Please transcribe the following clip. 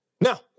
Now